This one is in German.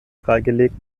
freigelegt